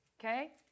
Okay